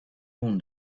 own